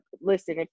listen